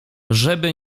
żeby